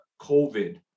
COVID